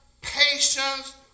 patience